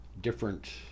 different